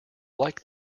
like